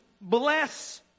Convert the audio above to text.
bless